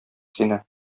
сине